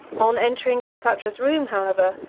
on entering cleopatra's room, however,